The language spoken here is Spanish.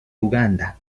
uganda